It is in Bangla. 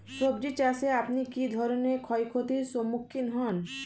সবজী চাষে আপনি কী ধরনের ক্ষয়ক্ষতির সম্মুক্ষীণ হন?